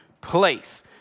place